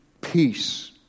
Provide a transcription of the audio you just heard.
peace